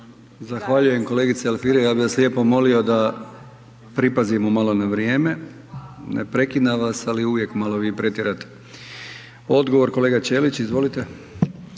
Zahvaljujem kolegice Alfirev, ja bi vas lijepo molio da pripazimo malo na vrijeme, ne prekidam vas, ali uvijek malo vi pretjerate. Odgovor kolega Ćelić, izvolite.